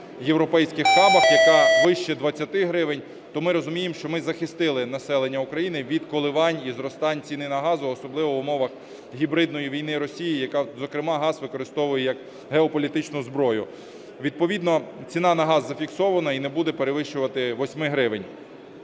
європейських хабах, яка вище 20 гривень, то ми розуміємо, що ми захистили населення України від коливань і зростань ціни на газ, особливо в умовах гібридної війни Росії, яка, зокрема, газ використовує як геополітичну зброю. Відповідно ціна на газ зафіксована і не буде перевищувати 8 гривень.